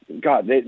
God